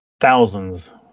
thousands